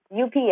UPS